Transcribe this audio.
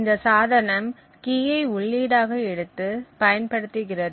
இந்த சாதனம் கீயை உள்ளீடு ஆக எடுத்து பயன்படுத்துகிறது